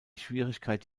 schwierigkeit